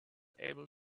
able